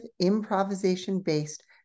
improvisation-based